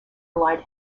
relied